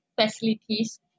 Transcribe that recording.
facilities